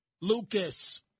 Lucas